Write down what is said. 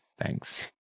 Thanks